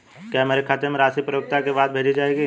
क्या मेरे खाते में राशि परिपक्वता के बाद भेजी जाएगी?